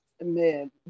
Man